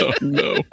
no